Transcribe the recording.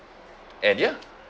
and ya